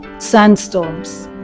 sandstorms,